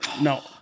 no